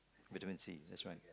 vitamin C that's right